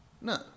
No